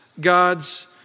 God's